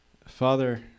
Father